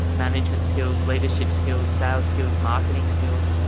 management skills, leadership skills, sales skills, marketing skills,